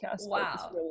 Wow